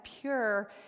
pure